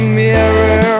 mirror